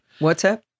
WhatsApp